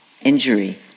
injury